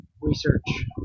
research